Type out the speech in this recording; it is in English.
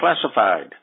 Classified